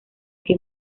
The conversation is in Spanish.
que